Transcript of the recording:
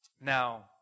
Now